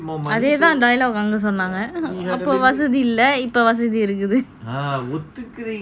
அதே தான்:athey thaan dialogue அவங்க சொன்னான் அப்போ வசதி இல்ல இப்போ வசதி இருக்கு:avanga sonan apo vasathi illa ipo vasathi iruku